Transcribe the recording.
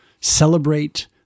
Celebrate